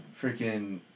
Freaking